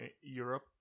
Europe